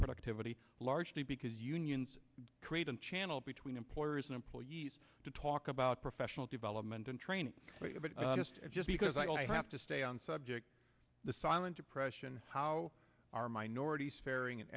productivity largely because unions create a channel between employers and employees to talk about professional development and training but just as just because i have to stay on subject the silent depression how are minorities fairing